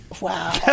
Wow